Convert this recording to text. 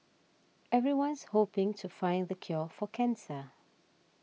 everyone's hoping to find the cure for cancer